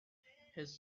his